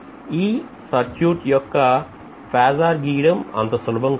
ఈ సర్క్యూట్ యొక్క ఫేజార్ గీయడం అంత సులభం కాదు